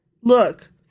look